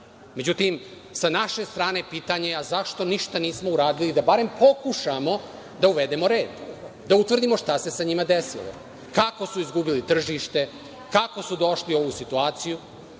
Međutim, sa naše strane je pitanje – a, zašto ništa nismo uradili, da barem pokušamo da uvedemo red? Da utvrdimo šta se sa njima desilo. Kako su izgubili tržište? Kako su došli u ovu situaciju?